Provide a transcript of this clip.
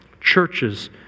Churches